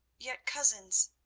yet, cousins,